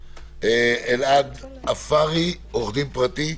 אלעד עפארי, עורך דין פרטי.